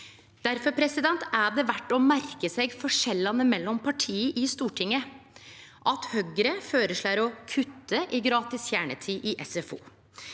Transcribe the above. Difor er det verdt å merke seg forskjellane mellom parti i Stortinget. Høgre føreslår å kutte i gratis kjernetid i SFO.